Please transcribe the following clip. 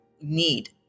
need